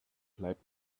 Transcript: bleibt